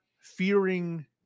fearing